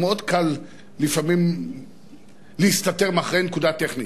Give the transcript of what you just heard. הרי מאוד קל לפעמים להסתתר מאחורי נקודה טכנית.